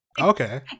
Okay